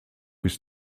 bis